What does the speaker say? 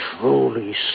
truly